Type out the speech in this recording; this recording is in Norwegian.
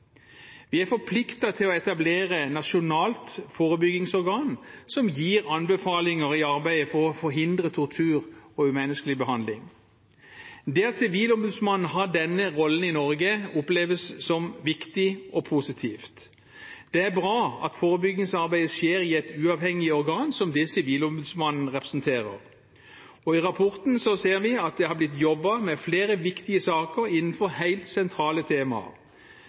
Vi er forpliktet til å etablere et nasjonalt forebyggingsorgan som gir anbefalinger i arbeidet for å forhindre tortur og umenneskelig behandling. Det at Sivilombudsmannen har denne rollen i Norge, oppleves som viktig og positivt. Det er bra at forebyggingsarbeidet skjer i et uavhengig organ som det Sivilombudsmannen representerer. I rapporten ser vi at det har blitt jobbet med flere viktige saker innenfor helt sentrale temaer,